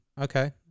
Okay